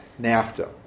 NAFTA